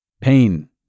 Pain